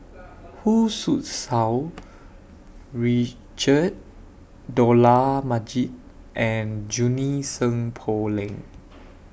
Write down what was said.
Hu Tsu Tau Richard Dollah Majid and Junie Sng Poh Leng